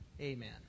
Amen